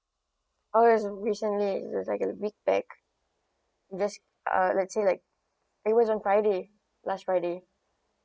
oh it was recently it was like a week back just uh let's say like it was on friday last friday